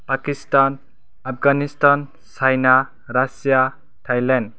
Pakistan Afghanistan China Russia Thailand